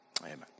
amen